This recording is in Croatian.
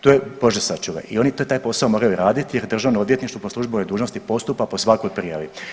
To je bože sačuvaj i oni taj posao moraju raditi jer Državno odvjetništvo po službenoj dužnosti postupa po svakoj prijavi.